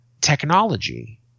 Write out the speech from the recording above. technology